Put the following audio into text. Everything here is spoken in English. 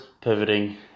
pivoting